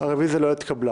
אין הרביזיה לא אושרה.